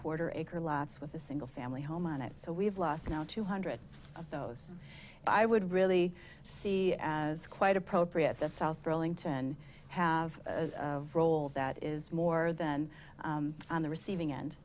quarter acre lots with a single family home on it so we've lost two hundred of those i would really see as quite appropriate that south burlington have a role that is more than on the receiving end